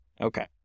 Okay